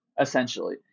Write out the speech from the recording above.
essentially